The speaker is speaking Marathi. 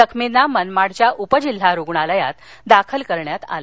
जखर्मीना मनमाडच्या उपजिल्हा रुणालयात दाखल करण्यात आले